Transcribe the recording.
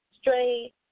straight